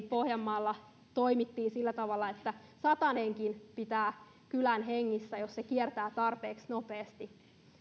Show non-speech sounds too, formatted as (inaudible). (unintelligible) pohjanmaalla toimittiin sillä tavalla että satanenkin pitää kylän hengissä jos se kiertää tarpeeksi nopeasti